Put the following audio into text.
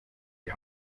die